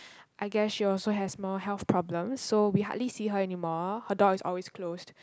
I guess she also has more health problems so we hardly see her anymore her door is always closed